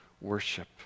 worship